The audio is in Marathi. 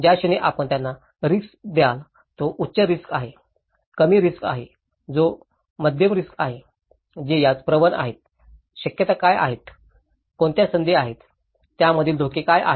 ज्या क्षणी आपण त्यांना रिस्क द्याल तो उच्च रिस्क आहे कमी रिस्क आहे जो मध्यम रिस्क आहे जे यास प्रवण आहेत शक्यता काय आहेत कोणत्या संधी आहेत त्यामधील धोके काय आहेत